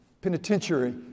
Penitentiary